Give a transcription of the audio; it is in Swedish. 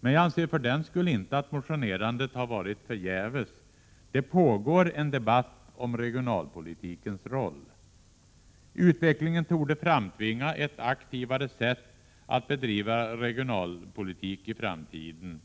Jag anser för den skull inte att motionerandet har varit förgäves — det pågår ju en debatt om regionalpolitikens roll, och utvecklingen torde framtvinga ett aktivare sätt att bedriva regionalpolitik i framtiden.